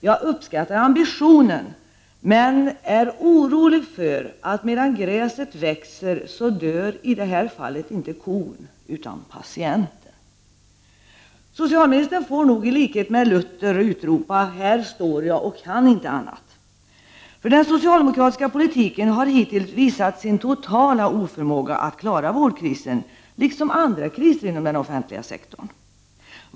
Jag uppskattar ambitionen, men medan gräset växer dör i det här fallet inte kon, utan patienten. Socialministern får nog i likhet med Luther utropa: Här står jag och kan inte annat! Den socialdemokratiska politiken har hittills visat sin totala oförmåga att klara vårdkrisen, liksom andra kriser inom den offentliga sektorn.